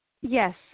Yes